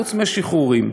חוץ משחרורים.